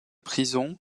prison